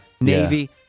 Navy